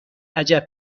عجب